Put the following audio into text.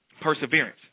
perseverance